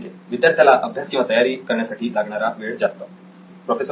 नितीन विद्यार्थ्याला अभ्यास किंवा तयारी करण्यासाठी लागणारा जास्त वेळ